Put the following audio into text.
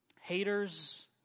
Haters